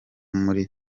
muri